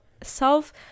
self